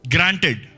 Granted